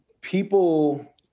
people